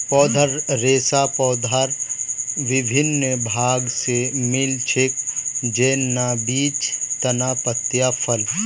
पौधार रेशा पौधार विभिन्न भाग स मिल छेक, जैन न बीज, तना, पत्तियाँ, फल